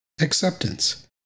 Acceptance